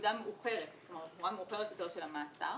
בנקודה מאוחרת יותר של המאסר